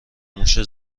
موشه